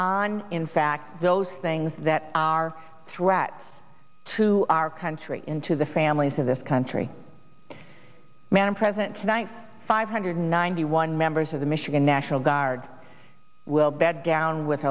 on in fact those things that are threats to our country into the families of this country man and president tonight five hundred ninety one members of the michigan national guard will bed down with